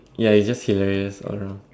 ya it's just hilarious around